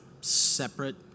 separate